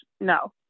No